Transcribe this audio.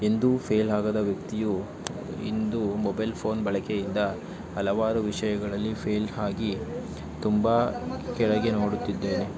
ಎಂದೂ ಫೇಲ್ ಆಗದ ವ್ಯಕ್ತಿಯು ಇಂದು ಮೊಬೈಲ್ ಫೋನ್ ಬಳಕೆಯಿಂದ ಹಲವಾರು ವಿಷಯಗಳಲ್ಲಿ ಫೇಲ್ ಆಗಿ ತುಂಬ ಕೆಳಗೆ ನೋಡುತ್ತಿದ್ದೇನೆ